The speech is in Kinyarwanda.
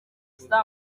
saa